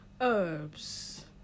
herbs